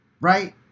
Right